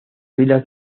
filas